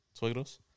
suegros